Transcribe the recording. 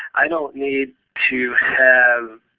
i don't need to have